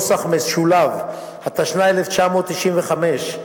התשנ"ה 1995,